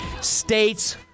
states